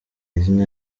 izina